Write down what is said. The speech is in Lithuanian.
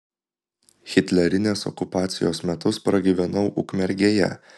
hitlerinės okupacijos metus pragyvenau ukmergėje